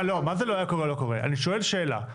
אני שואל שאלה,